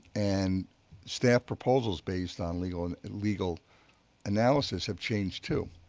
and staff proposal is based on legal on legal analysis have changed, too,